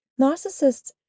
Narcissists